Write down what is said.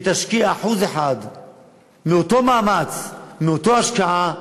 שתשקיע 1% מאותו מאמץ, מאותה השקעה,